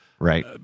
Right